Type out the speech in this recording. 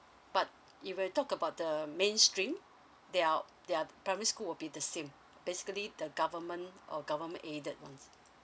but if we talk about the mainstream their their primary school will be same basically the government or government aided wants